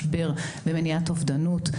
משבר ומניעת אובדנות.